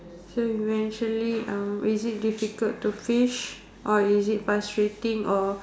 so eventually uh is it difficult to fish or is it frustrating or